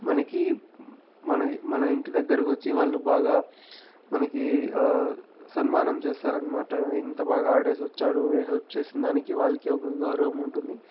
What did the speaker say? మనకి మన ఇంటి దగ్గరికి వచ్చి వాళ్ళు బాగా మనకి సన్మానం చేస్తారన్నమాట ఇంత బాగా ఆడేసి వచ్చాడు హెల్ప్ చేసినదానికి వాళ్ళకి ఒక గౌరవం ఉంటుంది